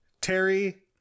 Terry